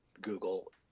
Google